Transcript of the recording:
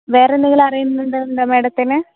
വേറെ എന്തെങ്കിലും അറിയണം എന്നുണ്ടോ മാഡത്തിന്